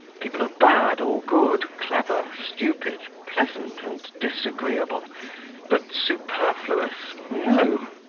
people are bad, or good, clever, stupid, pleasant, and disagreeable but superfluous. no.